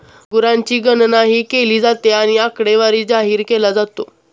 गुरांची गणनाही केली जाते आणि आकडेवारी जाहीर केला जातो